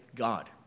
God